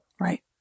right